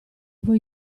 voi